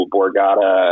Borgata